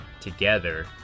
together